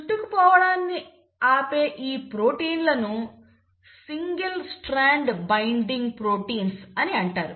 చుట్టుకుపోవడాన్ని ఆపే ఈ ప్రోటీన్లను సింగిల్ స్ట్రాండ్ బైండింగ్ ప్రోటీన్స్ అని అంటారు